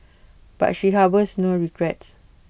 but she harbours no regrets